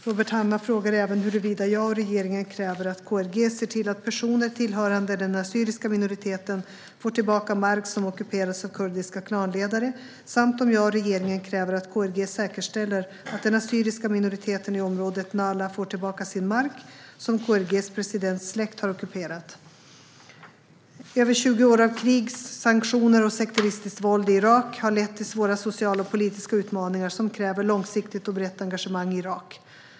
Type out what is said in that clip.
Robert Hannah frågar även huruvida jag och regeringen kräver att KRG ser till att personer tillhörande den assyriska minoriteten får tillbaka mark som ockuperats av kurdiska klanledare samt om jag och regeringen kräver att KRG säkerställer att den assyriska minoriteten i området Nahla får tillbaka sin mark som KRG:s presidents släkt har ockuperat. Över 20 år av krig, sanktioner och sekteristiskt våld i Irak har lett till svåra sociala och politiska utmaningar som kräver långsiktigt och brett engagemang i Irak.